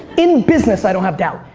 in business i don't have doubt.